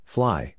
Fly